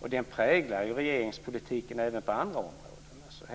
och den präglar regeringspolitiken även på andra områden.